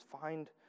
Find